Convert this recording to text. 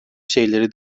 şeyleri